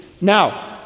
now